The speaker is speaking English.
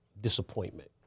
disappointment